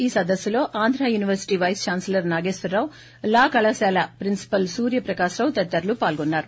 ఈ సదస్సులో Andhra University vice chancellor Nageswara Rao law కళాశాల ప్రిన్సిపల్ సూర్య ప్రకాశరావు తదితరులు పాల్గొన్నారు